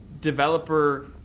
developer